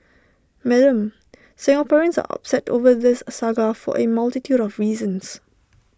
Madam Singaporeans are upset over this saga for A multitude of reasons